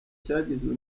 cyagizwe